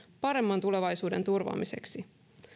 paremman tulevaisuuden turvaamiseksi